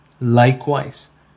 likewise